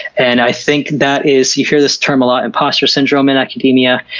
and i think that is you hear this term a lot imposter syndrome in academia.